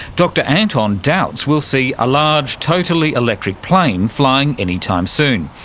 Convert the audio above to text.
dr anton doubts we'll see a large, totally electric plane flying any time soon,